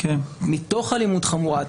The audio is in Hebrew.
מתוך אלימות חמורה,